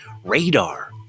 Radar